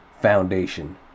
foundation